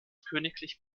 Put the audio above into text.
königlich